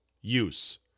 use